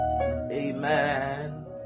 amen